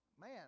man